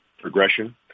progression